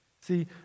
See